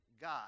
God